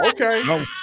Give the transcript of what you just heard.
Okay